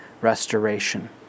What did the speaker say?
restoration